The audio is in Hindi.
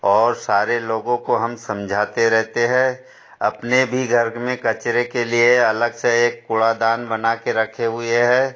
और सारे लोगों को हम समझाते रहते हैं अपने भी घर में कचरे के लिए अलग सा एक कूड़ादान बना के रखे हुए हैं